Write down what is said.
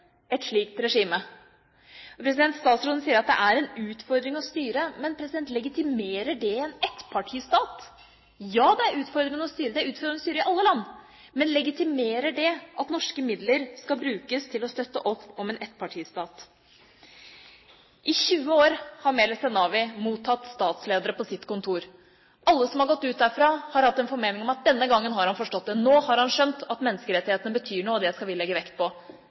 et slikt regime. Statsråden sier at det er en «utfordring å styre». Men legitimerer det en ettpartistat? Ja, det er utfordrende å styre, det er utfordrende å styre i alle land. Men legitimerer det at norske midler skal brukes til å støtte opp om en ettpartistat? I 20 år har Meles Zenawi mottatt statsledere på sitt kontor. Alle som har gått ut derfra, har hatt en formening om at denne gangen har han forstått det, nå har han skjønt at menneskerettighetene betyr noe, og det skal vi legge vekt på.